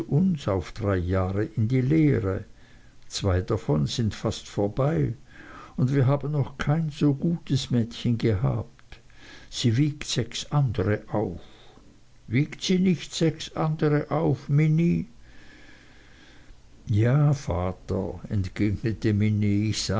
uns auf drei jahre in die lehre zwei davon sind fast vorbei und wir haben noch kein so gutes mädchen gehabt sie wiegt sechs andere auf wiegt sie nicht sechs andere auf minnie ja vater entgegnete